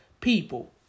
people